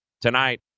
tonight